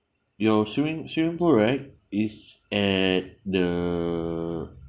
your swimming swimming pool right is at the